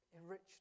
Enriched